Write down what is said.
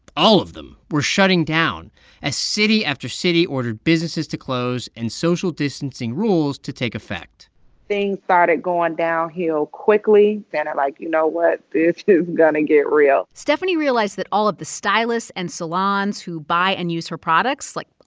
all of them were shutting down as city after city ordered businesses to close and social distancing rules to take effect things started going downhill quickly. then i, like you know what this is going to get real stephanie realized that all of the stylists and salons who buy and use her products like,